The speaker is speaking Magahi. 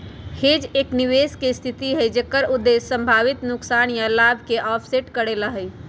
हेज एक निवेश के स्थिति हई जेकर उद्देश्य संभावित नुकसान या लाभ के ऑफसेट करे ला हई